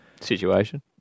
situation